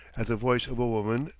at the voice of a woman,